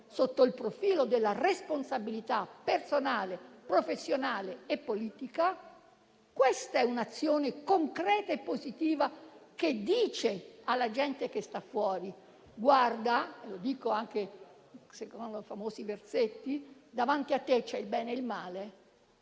sotto il profilo della responsabilità personale, professionale e politica, è un'azione concreta e positiva che dice alla gente che sta fuori «Guarda» - lo dico anche secondo i famosi versetti - «davanti a te c'è il bene e c'è il male,